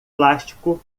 plástico